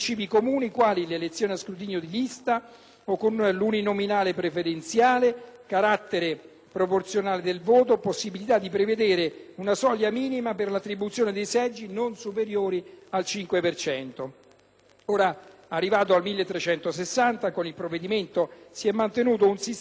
proporzionale del voto, possibilità di prevedere una soglia minima per l'attribuzione dei seggi non superiore al 5 per cento. Con il disegno di legge n. 1360 si è mantenuto un sistema di tipo proporzionale, si è lasciato impregiudicato il sistema delle preferenze, la cui modifica